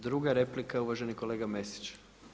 Druga replika je uvaženi kolega Mesić.